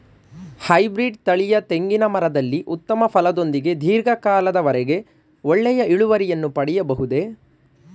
Hybrid ತಳಿಯ ತೆಂಗಿನ ಮರದಲ್ಲಿ ಉತ್ತಮ ಫಲದೊಂದಿಗೆ ಧೀರ್ಘ ಕಾಲದ ವರೆಗೆ ಒಳ್ಳೆಯ ಇಳುವರಿಯನ್ನು ಪಡೆಯಬಹುದೇ?